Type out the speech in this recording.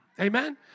Amen